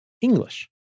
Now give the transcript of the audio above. English